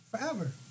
forever